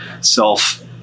self